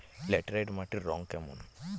Laterite মাটির রং কেমন?